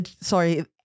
sorry